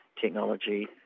technology